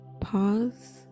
pause